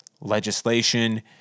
legislation